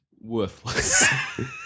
worthless